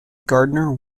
gardner